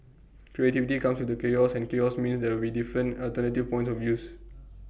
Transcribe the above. creativity comes with the chaos and chaos means there will be different alternative points of views